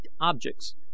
objects